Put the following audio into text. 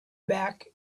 back